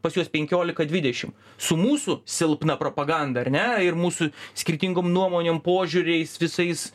pas juos penkiolika dvidešim su mūsų silpna propaganda ar ne ir mūsų skirtingom nuomonėm požiūriais visais